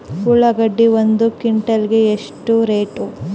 ಉಳ್ಳಾಗಡ್ಡಿ ಒಂದು ಕ್ವಿಂಟಾಲ್ ಗೆ ಎಷ್ಟು ರೇಟು?